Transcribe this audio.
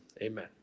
Amen